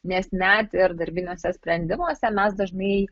nes net ir darbiniuose sprendimuose mes dažnai